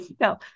No